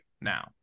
now